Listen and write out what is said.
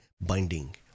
binding